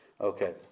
Okay